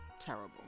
terrible